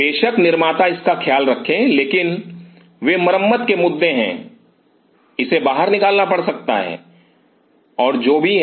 बेशक निर्माता इसका ख्याल रखें लेकिन वे मरम्मत के मुद्दे हैं इसे बाहर निकालना पड़ सकता है और जो भी हैं